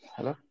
Hello